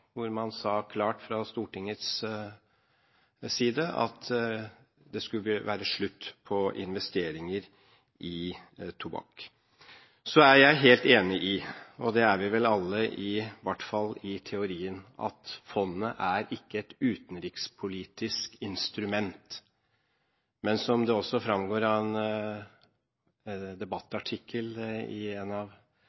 hvor man fra Stortingets side sa klart at det skulle være slutt på investeringer i tobakksindustrien. Så er jeg helt enig i – og det er vi vel alle, i hvert fall i teorien – at fondene ikke er et utenrikspolitisk instrument. Men som det også fremgår av en